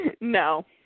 No